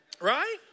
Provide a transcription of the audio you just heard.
right